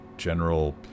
general